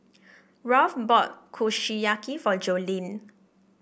Ralph bought Kushiyaki for Jolene